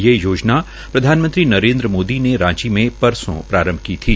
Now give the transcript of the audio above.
यह योजना प्रधानमंत्री नरेन्द्र मोदी ने रांची में परसों प्रारंभ की थी